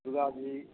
Durga ji